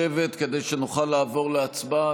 לשבת כדי שנוכל לעבור להצבעה.